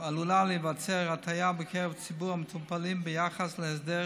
עלולה להיווצר הטעיה בקרב ציבור המטופלים ביחס להסדר